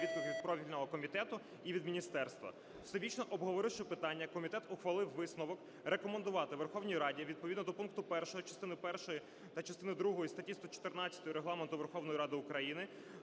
відповідь від профільного комітету і від міністерства. Всебічно обговоривши питання, комітет ухвалив висновок: рекомендувати Верховній Раді відповідно до пункту 1 частини першої та частини другої статті 114 Регламенту Верховної Ради України